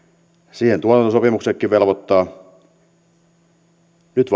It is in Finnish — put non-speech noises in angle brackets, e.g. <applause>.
siihen tuotantosopimuksetkin velvoittavat nyt <unintelligible>